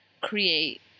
create